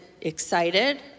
excited